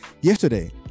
yesterday